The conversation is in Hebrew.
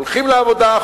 הולכים לעבודה,